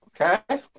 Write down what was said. Okay